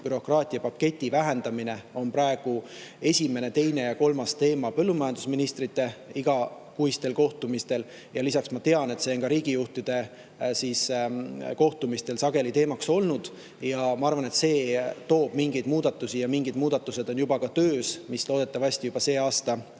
bürokraatiapaketi vähendamine on praegu esimene, teine ja kolmas teema põllumajandusministrite igakuistel kohtumistel. Lisaks ma tean, et see on ka riigijuhtide kohtumistel sageli teemaks olnud. Ma arvan, et see toob mingeid muudatusi, ja mingid muudatused on juba ka töös, mis loodetavasti juba see aasta